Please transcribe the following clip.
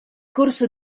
corso